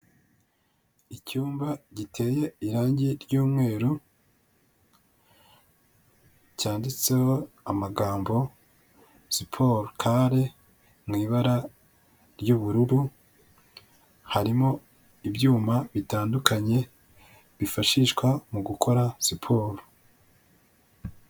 Icyumba giteye irangi ry'umweru cyanditseho amagambo siporocale mw'ibara ry'ubururu harimo ibyuma bitandukanye bifashishwa mu gukora siporo.